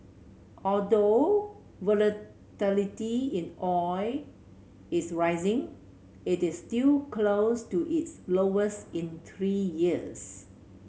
although volatility in oil is rising it is still close to its lowest in three years